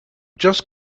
just